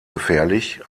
gefährlich